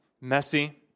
messy